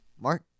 Mark